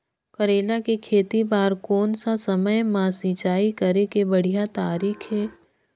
करेला के खेती बार कोन सा समय मां सिंचाई करे के बढ़िया तारीक हे?